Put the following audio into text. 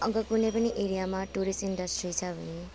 अगर कुनै पनि एरियामा टुरिस्ट इन्डस्ट्रिज छ भने